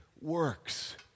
works